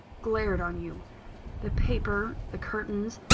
glared on you the paper, the curtains,